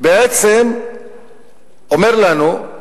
בעצם אומר לנו: